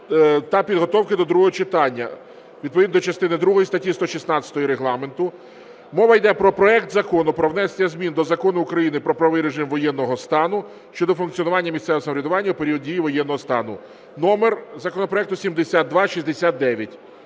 та підготовки до другого читання відповідно до частини другої статті 116 Регламенту. Мова йде про проект Закону про внесення змін до Закону України "Про правовий режим воєнного стану" щодо функціонування місцевого самоврядування у період дії воєнного стану (номер законопроекту 7269).